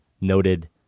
noted